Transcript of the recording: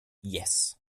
yes